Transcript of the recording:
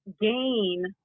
gain